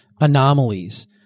anomalies